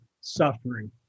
suffering